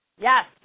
Yes